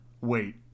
wait